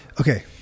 okay